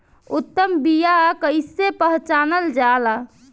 उत्तम बीया कईसे पहचानल जाला?